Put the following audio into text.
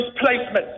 placement